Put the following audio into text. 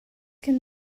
can